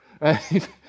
right